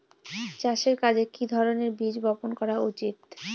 চাষের কাজে কি ধরনের বীজ বপন করা উচিৎ?